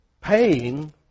paying